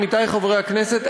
עמיתי חברי הכנסת,